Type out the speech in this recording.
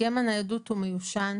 הסכם הניידות הוא מיושן,